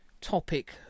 topic